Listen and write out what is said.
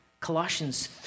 Colossians